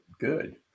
good